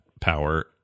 power